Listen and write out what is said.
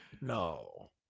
No